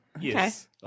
Yes